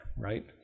Right